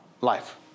life